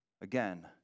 Again